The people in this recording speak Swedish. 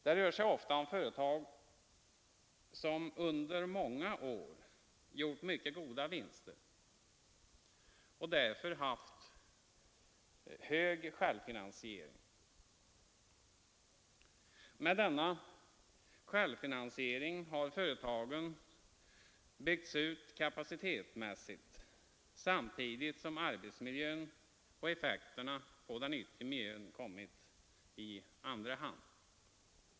Det rör sig ofta om företag som under många år gjort mycket goda vinster och som därför haft en hög grad av självfinansiering. Med denna självfinansiering har företagen byggts ut kapacitetsmässigt, och arbetsmiljön och effekterna på den yttre miljön har kommit i andra hand.